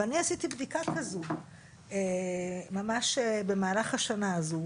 ואני עשיתי בדיקה כזאת במהלך השנה הזאת.